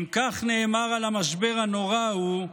אם כך נאמר על המשבר הנורא ההוא,